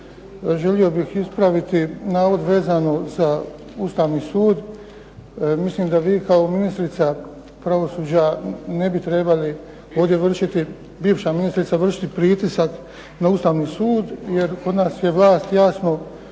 želio bih ispraviti navod vezano za Ustavni sud. Mislim da vi kao ministrica pravosuđa ne trebali ovdje vršiti, bivša ministrica vršiti pritisak na Ustavni sud, jer kod nas je vlast jasno